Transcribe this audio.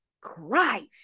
Christ